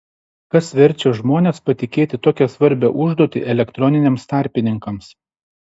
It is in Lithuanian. kas verčia žmones patikėti tokią svarbią užduotį elektroniniams tarpininkams